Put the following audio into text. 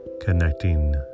connecting